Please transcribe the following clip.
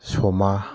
ꯁꯣꯃꯥ